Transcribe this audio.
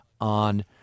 on